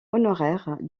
honoraire